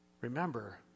Remember